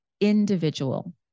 individual